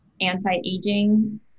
anti-aging